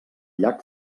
llac